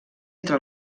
entre